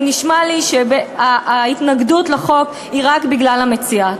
ונשמע לי שההתנגדות לחוק היא רק בגלל המציעה.